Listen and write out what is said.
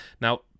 now